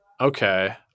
okay